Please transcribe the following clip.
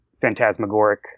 phantasmagoric